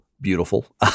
beautiful